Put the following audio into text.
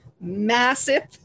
massive